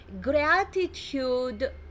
gratitude